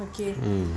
mm